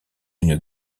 une